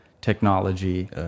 technology